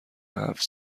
هفت